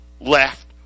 left